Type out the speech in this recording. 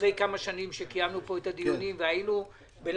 אחרי כמה שנים שקיימנו פה דיונים והיינו בלחץ